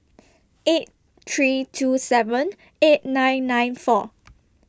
eight three two seven eight nine nine four